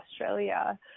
Australia